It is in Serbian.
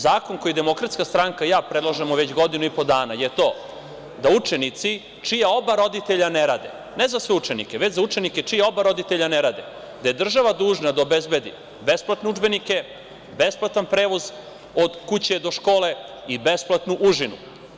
Zakon koji DS i ja predlažemo već godinu i po dana je to da učenici čija oba roditelja ne rade, ne za sve učenike, već za učenike čija oba roditelja ne rade, da je država dužna da obezbedi besplatne udžbenike, besplatan prevoz od kuće do škole, i besplatnu užinu.